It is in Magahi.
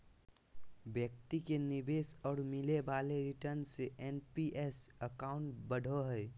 व्यक्ति के निवेश और मिले वाले रिटर्न से एन.पी.एस अकाउंट बढ़ो हइ